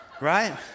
Right